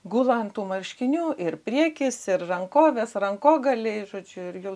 gula ant tų marškinių ir priekis ir rankovės rankogaliai žodžiu ir jau